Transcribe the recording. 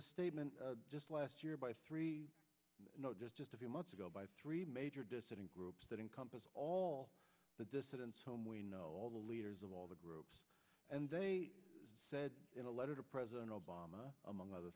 a statement just last year by three just just a few months ago by three major dissident groups that encompass all the dissidents home we know all the leaders of all the groups and they said in a letter to president obama among other